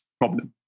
problem